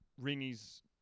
Rini's